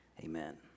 amen